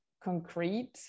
concrete